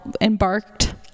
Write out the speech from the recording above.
embarked